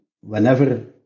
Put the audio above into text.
whenever